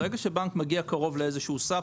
ברגע שבנק מגיע קרוב לאיזשהו סף,